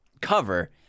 cover